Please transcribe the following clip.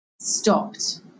stopped